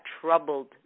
troubled